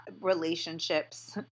relationships